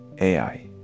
AI